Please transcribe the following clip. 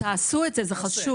תעשו את זה, זה חשוב.